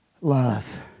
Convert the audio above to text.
love